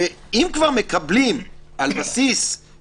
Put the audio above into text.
וזה שיקול אפידמיולוגי